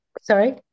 Sorry